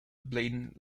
blatant